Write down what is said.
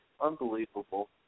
Unbelievable